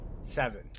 Seven